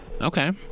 Okay